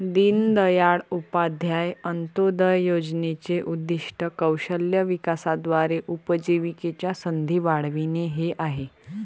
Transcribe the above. दीनदयाळ उपाध्याय अंत्योदय योजनेचे उद्दीष्ट कौशल्य विकासाद्वारे उपजीविकेच्या संधी वाढविणे हे आहे